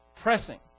pressing